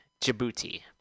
Djibouti